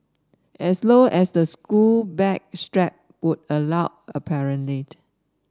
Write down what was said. as low as the school bag strap would allow apparently